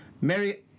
Mary